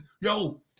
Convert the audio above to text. Yo